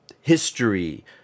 history